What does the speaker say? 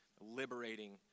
liberating